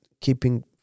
keeping